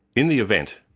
in the event,